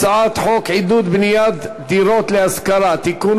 הצעת חוק עידוד בניית דירות להשכרה (תיקון,